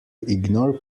ignore